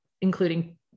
including